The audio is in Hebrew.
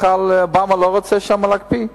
אובמה לא רוצה להקפיא שם?